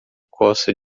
costa